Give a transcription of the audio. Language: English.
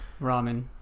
ramen